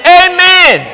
amen